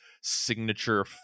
signature